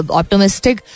optimistic